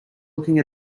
looking